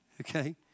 Okay